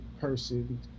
person